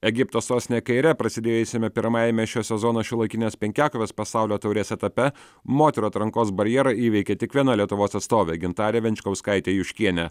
egipto sostinėj kaire prasidėjusiame pirmajame šio sezono šiuolaikinės penkiakovės pasaulio taurės etape moterų atrankos barjerą įveikė tik viena lietuvos atstovė gintarė venčkauskaitė juškienė